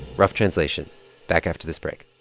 rough translation back after this break